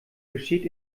besteht